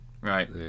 right